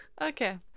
Okay